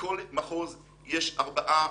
בכל מחוז יש שלושה,